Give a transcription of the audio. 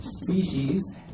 Species